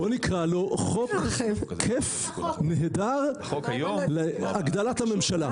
בואו נקרא לו: חוק כיף נהדר להגדלת הממשלה.